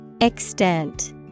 Extent